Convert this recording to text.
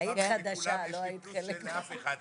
אמרתי לכולם: יש לי פלוס שאין לאף אחד,